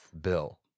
Bill